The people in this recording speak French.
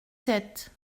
sept